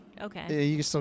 Okay